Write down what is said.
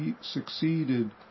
succeeded